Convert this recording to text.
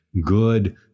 good